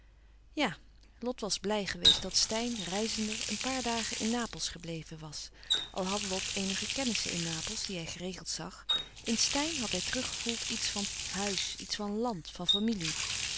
ja lot was blij geweest dat steyn reizende een paar dagen in napels gebleven was al had lot eenige kennissen in napels die hij geregeld zag in steyn had hij teruggevoeld iets van huis iets van land van familie